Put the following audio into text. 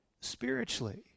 spiritually